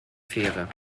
fähre